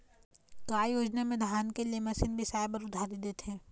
का योजना मे धान के लिए मशीन बिसाए बर उधारी देथे?